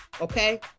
okay